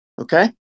Okay